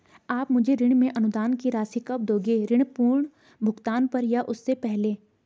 आप मुझे ऋण में अनुदान की राशि कब दोगे ऋण पूर्ण भुगतान पर या उससे पहले?